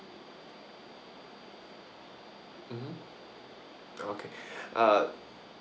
mmhmm okay uh